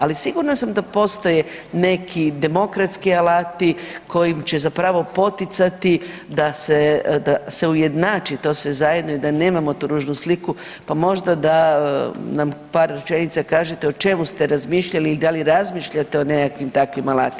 Ali sigurna sam da postoje neki demokratski alati kojim će zapravo poticati da se, da se ujednači sve to zajedno i da nemamo tu ružnu sliku pa možda nam par rečenica kažete o čemu ste razmišljali i da li razmišljate o nekakvim takvim alatima.